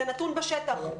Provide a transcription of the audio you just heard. זה נתון בשטח.